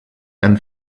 and